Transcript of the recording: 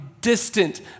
distant